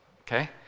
okay